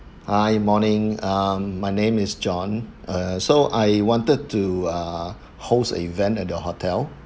hi morning um my name is john uh so I wanted to uh host a event at the hotel